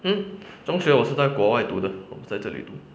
hmm 中学我是在国外读的不是在这里读